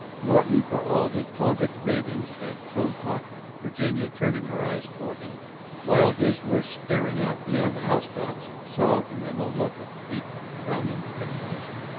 norton, for all his vaunted ravings, had grown thoughtful virginia turning her eyes toward him while his were staring out beyond the house-tops saw in them a look of deep, frowning speculation.